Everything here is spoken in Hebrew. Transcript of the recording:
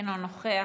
אינו נוכח,